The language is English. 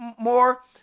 more